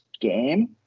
game